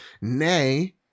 Nay